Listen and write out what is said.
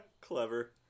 clever